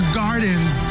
gardens